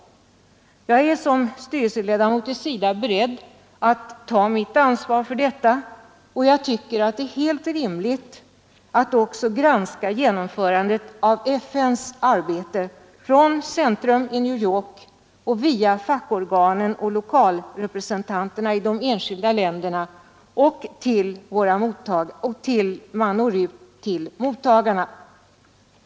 I egenskap av styrelseledamot i SIDA är jag beredd att ta mitt ansvar för detta, och jag tycker det är helt rimligt att också granska genomförandet av FN:s arbete från centrum i New York via fackorganen och lokalrepresentanterna i de enskilda länderna till dess hjälpen når ut till mottagarna.